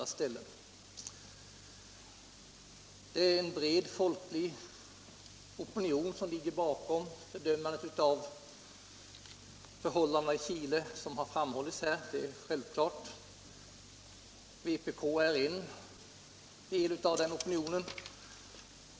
Såsom framhållits här ligger det en bred folklig opinion bakom fördömandet av förhållandena i Chile. Vpk är en del av den opinionen.